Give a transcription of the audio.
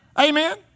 Amen